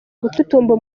gututumba